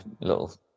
little